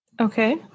Okay